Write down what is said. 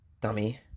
Dummy